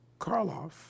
Karloff